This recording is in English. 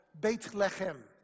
Bethlehem